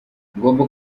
ngomba